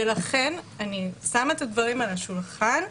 ולכן אני שמה את הדברים על השולחן.